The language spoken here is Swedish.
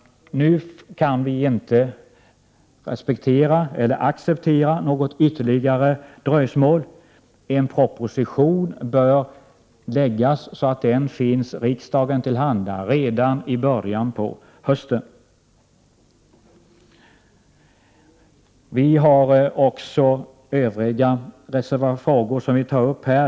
Nu kan vi inte acceptera något ytterligare dröjsmål. En proposition bör läggas fram, så att den kommer riksdagen till handa redan i början av hösten. Vi tar också upp andra frågor.